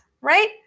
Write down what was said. right